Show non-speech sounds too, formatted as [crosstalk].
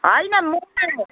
होइन [unintelligible]